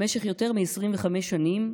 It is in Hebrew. במשך יותר מ-25 שנים,